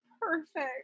perfect